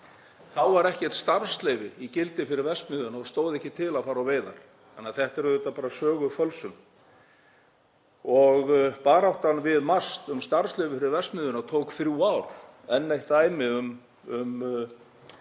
Þá var ekkert starfsleyfi í gildi fyrir verksmiðjuna og stóð ekki til að fara á veiðar, þannig að þetta er auðvitað bara sögufölsun. Og baráttan við MAST um starfsleyfi fyrir verksmiðjuna tók þrjú ár, enn eitt dæmi um